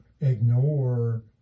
ignore